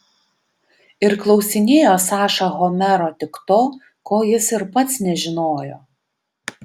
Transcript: ir klausinėjo saša homero tik to ko jis ir pats nežinojo